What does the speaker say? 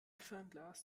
fernglas